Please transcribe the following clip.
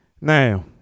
Now